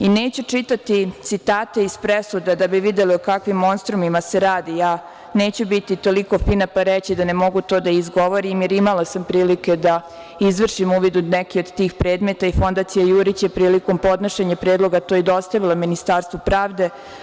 Neću čitati citate iz presuda da bi videli o kakvim monstrumima se radi, ja neću biti toliko fina, pa reći da ne mogu to da izgovorim, jer imala sam prilike da izvršim uvid u neke od tih predmeta i Fondacija „Jurić“ je prilikom podnošenja predloga, to i dostavila Ministarstvu pravde.